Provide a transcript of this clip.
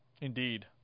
Indeed